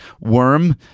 worm